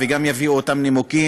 וגם יביאו את אותם נימוקים.